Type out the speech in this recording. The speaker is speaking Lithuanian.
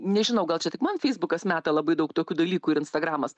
nežinau gal čia tik man feisbukas meta labai daug tokių dalykų ir instagramas